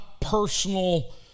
personal